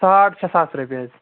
ساڑ شےٚ ساس رۄپیہِ حظ